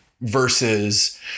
versus